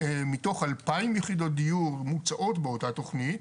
מתוך אלפיים יחידות דיור מוצעות באותה תכנית,